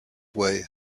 way